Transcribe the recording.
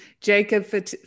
Jacob